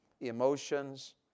emotions